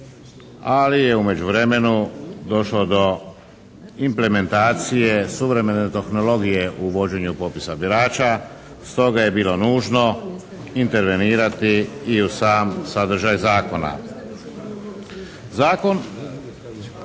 ali je u međuvremenu došlo do implementacije suvremene tehnologije u vođenju popisa birača. Stoga je bilo nužno intervenirati i u sam sadržaj zakona. Zakon